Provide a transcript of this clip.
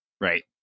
Right